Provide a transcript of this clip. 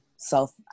self